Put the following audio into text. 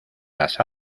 las